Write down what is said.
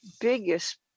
biggest